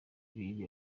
ibiri